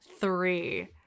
three